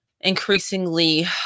increasingly